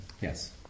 Yes